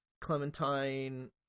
Clementine